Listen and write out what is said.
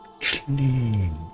clean